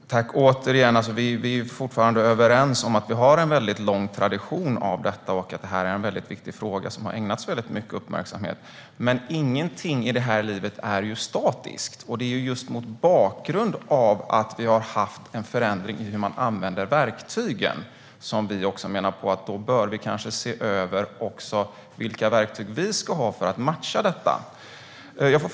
Herr talman! Återigen, jag och Agneta Börjesson är fortfarande överens om att det finns en lång tradition när det gäller detta och att det är en viktig fråga som har fått mycket uppmärksamhet. Men ingenting i livet är statiskt. Det är just mot bakgrund av en förändring av hur verktygen används som Sverigedemokraterna menar att man kanske bör se över vilka verktyg riksdagen ska ha för att matcha detta.